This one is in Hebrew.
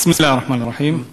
בסם אללה א-רחמאן א-רחים.